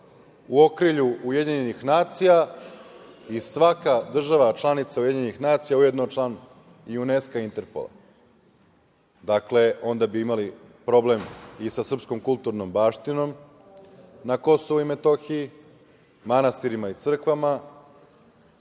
u okrilju UN i svaka država članica UN je ujedno i član UNESKO i Interpola. Dakle, onda bi imali problem i sa srpskom kulturnom baštinom na Kosovu i Metohiji, manastirima i crkvama